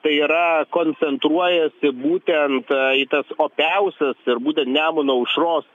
tai yra koncentruoja būtent į tas opiausias ir būtent nemuno aušros